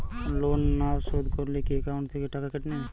Loan না শোধ করলে কি একাউন্ট থেকে টাকা কেটে নেবে?